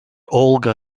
olga